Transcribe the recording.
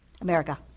America